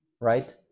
right